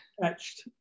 attached